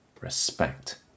respect